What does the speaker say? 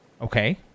Okay